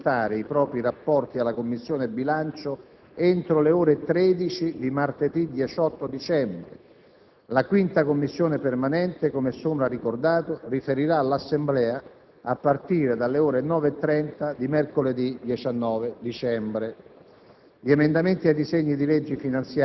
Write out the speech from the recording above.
le Commissioni permanenti dovranno presentare i propri rapporti alla Commissione bilancio entro le ore 13 di martedì 18 dicembre; la 5a Commissione permanente - come sopra ricordato - riferirà all'Assemblea a partire dalle ore 9,30 di mercoledì 19 dicembre.